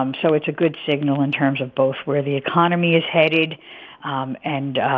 um so it's a good signal in terms of both where the economy is headed um and,